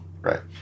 Right